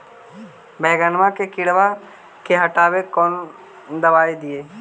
बैगनमा के किड़बा के हटाबे कौन दवाई दीए?